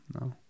no